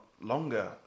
longer